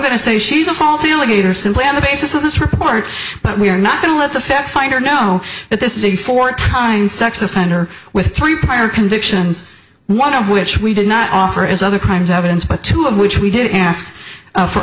going to say she's a false alligator simply on the basis of this report but we are not going to let the step finder know that this is a four time sex offender with three prior convictions one of which we did not offer as other crimes evidence but two of which we did ask for